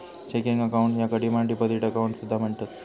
checking account याका demand deposit account असा सुद्धा म्हणतत